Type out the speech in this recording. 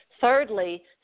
thirdly